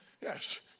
Yes